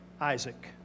Isaac